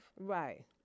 Right